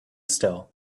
still